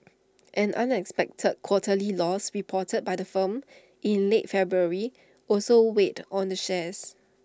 an unexpected quarterly loss reported by the firm in late February also weighed on the shares